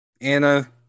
Anna